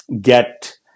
get